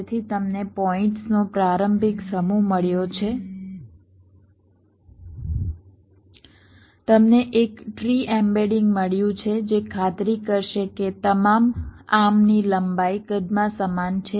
તેથી તમને પોઇન્ટ્સનો પ્રારંભિક સમૂહ મળ્યો છે તમને એક ટ્રી એમ્બેડિંગ મળ્યું છે જે ખાતરી કરશે કે તમામ આર્મ ની લંબાઈ કદમાં સમાન છે